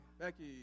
Becky